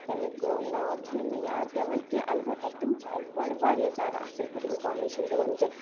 تمیُک ناو چھُ نہٕ مےٚ یاد پٮ۪وان کیٚنٛہہ البتہٕ تِم چھِ اَسہِ بَڈٕ واریاہ زیادٕ اَصٕل پٲٹھۍ اِنفارمیشن دوان زِ